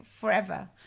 forever